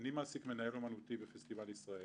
אני מעסיק מנהל אומנותי בפסטיבל ישראל,